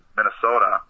Minnesota